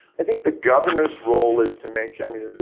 i think the governor's role is to make, i mean,